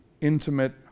intimate